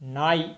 நாய்